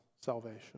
salvation